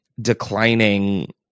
declining